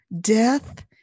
Death